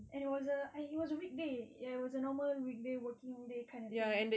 and it was a it was a weekday it was a normal weekday working day kind of thing